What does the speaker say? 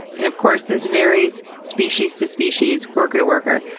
and of course this varies species to species, worker to worker.